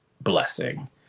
blessing